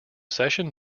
session